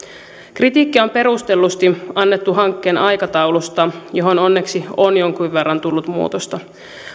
kritiikkiä on perustellusti annettu hankkeen aikataulusta johon onneksi on jonkun verran tullut muutosta